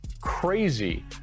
crazy